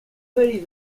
byli